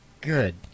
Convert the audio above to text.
good